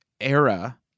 era